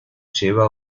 lleva